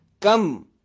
come